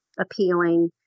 appealing